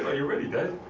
ah you're ready, dad.